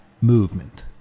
movement